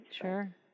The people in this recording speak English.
Sure